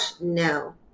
No